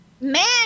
Man